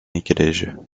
igreja